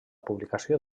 publicació